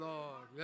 Lord